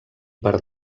per